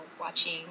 watching